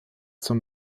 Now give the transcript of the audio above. zur